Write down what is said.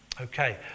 Okay